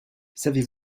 savez